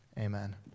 amen